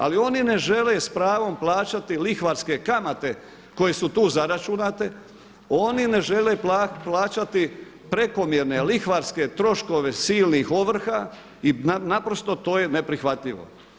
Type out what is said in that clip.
Ali oni ne žele s pravom plaćati lihvarske kamate koje su tu zaračunate, oni ne žele plaćati prekomjerne lihvarske troškove silnih ovrha i naprosto to je neprihvatljivo.